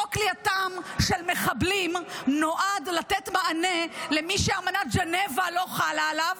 חוק כליאתם של מחבלים נועד לתת מענה למי שאמנת ז'נבה לא חלה עליו,